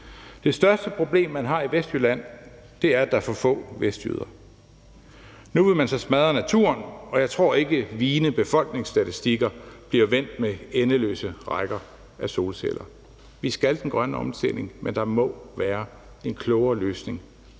Det største problem, man har i Vestjylland, er, at der er for få vestjyder. Nu vil man så smadre naturen, og jeg tror ikke, at vigende befolkningsstatistikker bliver vendt med endeløse rækker af solceller. Vi skal den grønne omstilling, men der må være en klogere løsning